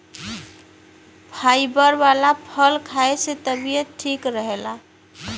fibre वाला फल खाए से तबियत ठीक रहला